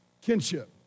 kinship